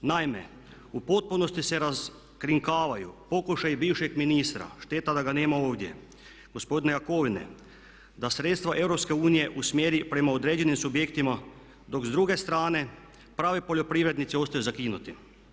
Naime u potpunosti se raskrinkavaju pokušaji bivšeg ministra, šteta da ga nema ovdje, gospodina Jakovine da sredstva EU usmjeri prema određenim subjektima dok s druge strane pravi poljoprivrednici ostaju zakinuti.